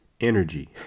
Energy